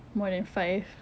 more than five